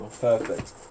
perfect